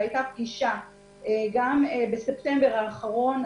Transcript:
והייתה פגישה בספטמבר האחרון,